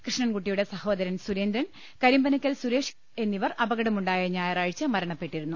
കൃഷ്ണൻ കുട്ടിയുടെ സഹോദരൻ സുരേന്ദ്രൻ കരിമ്പനക്കൽ സുരേഷ് എന്നിവർ അപകടമുണ്ടായ ഞായറാഴ്ച മരണപ്പെട്ടിരുന്നു